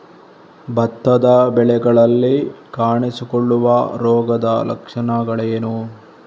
ಭತ್ತದ ಬೆಳೆಗಳಲ್ಲಿ ಕಾಣಿಸಿಕೊಳ್ಳುವ ರೋಗದ ಲಕ್ಷಣಗಳೇನು?